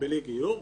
בלי גיור.